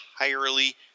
entirely